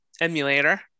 emulator